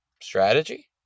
strategy